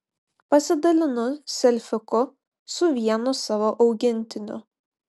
pasidalinu selfiuku su vienu savo augintiniu